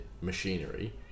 machinery